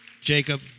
Jacob